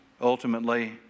ultimately